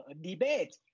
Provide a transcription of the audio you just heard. debate